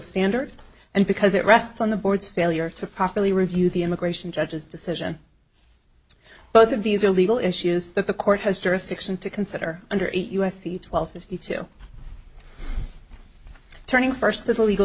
standard and because it rests on the board's failure to properly review the immigration judge's decision both of these are legal issues that the court has jurisdiction to consider under eight u s c twelve fifty two turning first of all legal